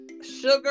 sugar